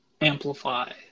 amplify